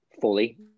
fully